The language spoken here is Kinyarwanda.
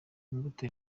imbuto